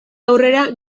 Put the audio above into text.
aurrera